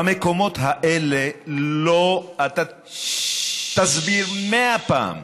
במקומות האלה אתה תסביר מאה פעם,